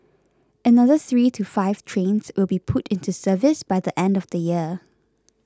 another three to five trains will be put into service by the end of the year